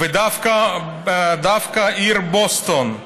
ודווקא העיר בוסטון,